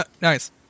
Nice